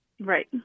Right